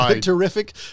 terrific